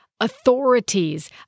authorities